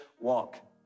Walk